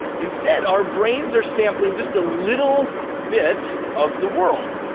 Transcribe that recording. instead, our brains are sampling just a little bit of the world.